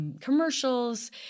commercials